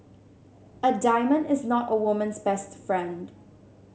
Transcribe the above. a diamond is not a woman's best friend